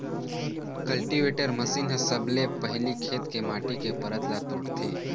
cultivator machine ह सबले पहिली खेत के माटी के परत ल तोड़थे